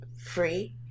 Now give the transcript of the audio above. free